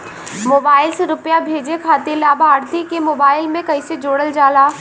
Mobile से रूपया भेजे खातिर लाभार्थी के मोबाइल मे कईसे जोड़ल जाला?